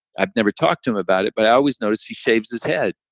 i've never talked to him about it, but i always notice he shaves his head.